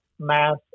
mass